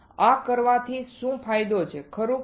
આ કરવાથી શું ફાયદો છે ખરું